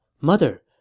Mother